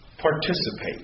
participate